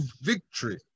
victory